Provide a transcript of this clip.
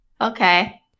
Okay